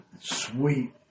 Sweet